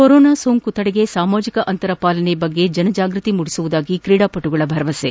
corona ಸೋಂಕಿನ ತಡೆಗೆ ಸಾಮಾಜಿಕ ಅಂತರ ಪಾಲನೆ ಬಗ್ಗೆ ಜನಜಾಗೃತಿ ಮೂಡಿಸುವುದಾಗಿ ಕ್ರೀಡಾಪಟುಗಳ ಭರವಸೆ